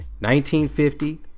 1950